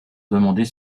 demander